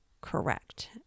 correct